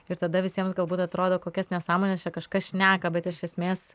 ir tada visiems galbūt atrodo kokias nesąmones čia kažkas šneka bet iš esmės